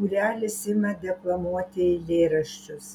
būrelis ima deklamuoti eilėraščius